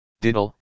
Diddle